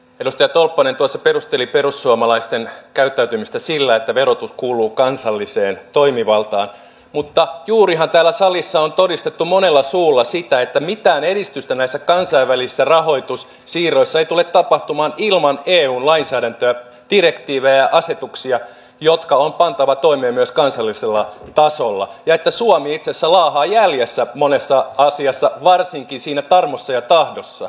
edustaja tolppanen perusteli perussuomalaisten käyttäytymistä sillä että verotus kuuluu kansalliseen toimivaltaan mutta juurihan täällä salissa on todistettu monella suulla sitä että mitään edistystä näissä kansainvälisissä rahoitussiirroissa ei tule tapahtumaan ilman eun lainsäädäntöä direktiivejä ja asetuksia jotka on pantava toimeen myös kansallisella tasolla ja että suomi itse asiassa laahaa jäljessä monessa asiassa varsinkin siinä tarmossa ja tahdossa